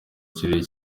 kirere